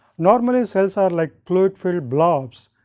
normally cells are like clawed filled blobs,